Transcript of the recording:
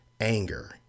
anger